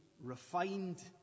refined